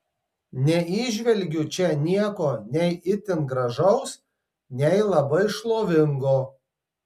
neįžvelgiu čia nieko nei itin gražaus nei labai šlovingo